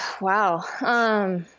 wow